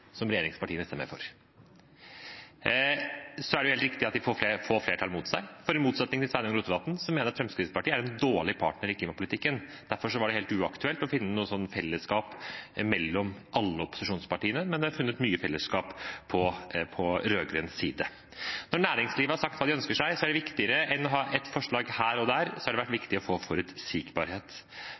får flertallet imot seg, for i motsetning til Sveinung Rotevatn, mener jeg at Fremskrittspartiet er en dårlig partner i klimapolitikken. Derfor var det helt uaktuelt å finne noe fellesskap mellom alle opposisjonspartiene, men det er funnet mye fellesskap på rød-grønn side. Når næringslivet har sagt hva de ønsker seg, er det viktigere enn å ha et forslag her og et der, og det har vært viktig å få forutsigbarhet.